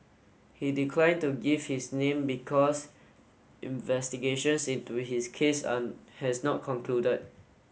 he declined to give his name because investigations into his case are has not concluded